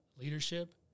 leadership